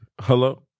Hello